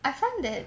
I find that